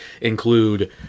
include